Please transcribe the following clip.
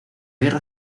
guerra